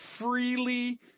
freely